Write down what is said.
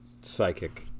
Psychic